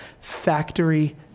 factory